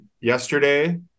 yesterday